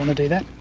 and do that?